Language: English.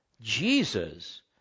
Jesus